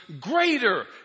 greater